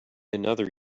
another